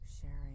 sharing